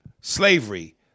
slavery